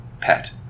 pet